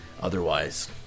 Otherwise